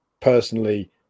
personally